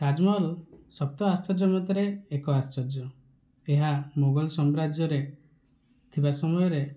ତାଜମହଲ ସପ୍ତ ଆଶ୍ଚର୍ଯ୍ୟ ଭିତରେ ଏକ ଆଶ୍ଚର୍ଯ୍ୟ ଏହା ମୋଗଲ ସମ୍ରାଜ୍ୟରେ ଥିବା ସମୟରେ